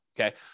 okay